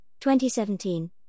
2017